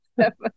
seven